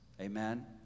amen